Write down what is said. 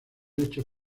hechos